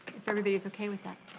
if everybody's okay with that.